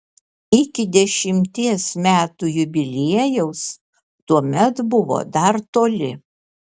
iki dešimties metų jubiliejaus tuomet buvo dar toli